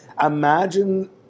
imagine